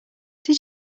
did